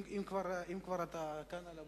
אם אתה כבר כאן על הבמה,